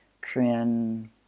Korean